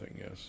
yes